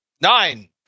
Nine